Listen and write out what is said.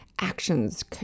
actions